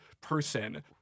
person